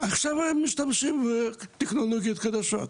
עכשיו משתמשים בטכנולוגיות חדשות,